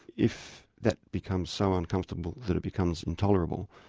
if that becomes so uncomfortable that it becomes intolerable,